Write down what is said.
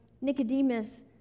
Nicodemus